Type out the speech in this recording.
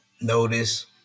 notice